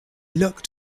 looked